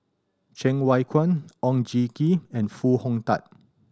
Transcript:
Cheng Wai Keung Oon Jin Gee and Foo Hong Tatt